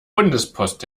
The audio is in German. bundespost